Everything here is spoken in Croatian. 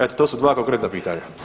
Eto to su dva konkretna pitanja.